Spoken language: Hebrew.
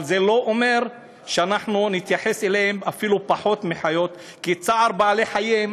אבל זה לא אומר שאנחנו נתייחס אליהם אפילו פחות מאשר אל החיות,